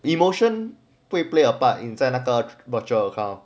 emotion 不会 play a part when 你在那个 virtual account